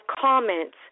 comments